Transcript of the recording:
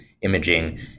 imaging